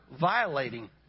violating